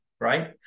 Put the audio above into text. right